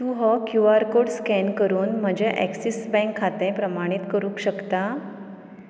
तूं हो Q R code scan करून म्हजें ॲक्सीस बँक खातें प्रमाणीत करूक शकता